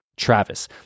Travis